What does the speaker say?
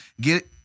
get